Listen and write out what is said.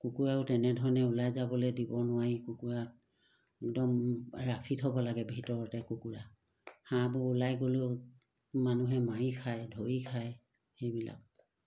কুকুৰাও তেনেধৰণে ওলাই যাবলৈ দিব নোৱাৰি কুকুৰা একদম ৰাখি থ'ব লাগে ভিতৰতে কুকুৰা হাঁহবোৰ ওলাই গ'লেও মানুহে মাৰি খায় ধৰি খায় সেইবিলাক